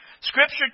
Scripture